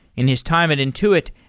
in his time at intuit,